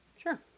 Sure